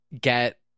get